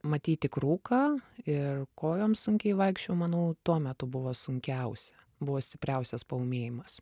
matyt tik rūką ir kojom sunkiai vaikščiojau manau tuo metu buvo sunkiausia buvo stipriausias paūmėjimas